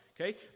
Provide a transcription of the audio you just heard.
Okay